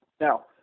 Now